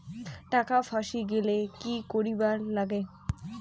টাকা ফাঁসি গেলে কি করিবার লাগে?